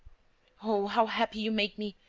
oh, how happy you make me!